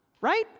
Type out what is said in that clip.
right